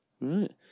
Right